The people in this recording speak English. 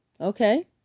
okay